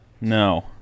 No